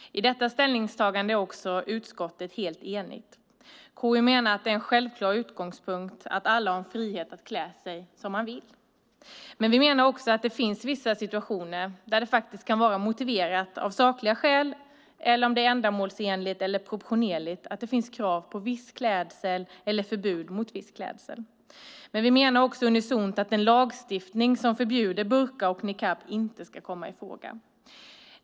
I detta ställningstagande är också utskottet helt enigt. KU menar att det är en självklar utgångspunkt att alla har en frihet att klä sig som man vill. Men vi menar också att det finns vissa situationer där det kan vara motiverat av sakliga skäl med krav på eller förbud mot viss klädsel. Det ska då vara ändamålsenligt och proportionerligt. Men KU menar också unisont att en lagstiftning som förbjuder burka och niqab inte ska komma i fråga.